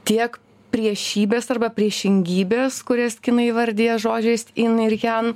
tiek priešybės arba priešingybės kurias kinai įvardija žodžiais in ir jan